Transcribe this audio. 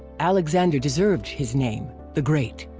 alexander deserved his name the great.